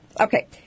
Okay